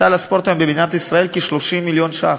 סל הספורט היום במדינת ישראל הוא של כ-30 מיליון ש"ח.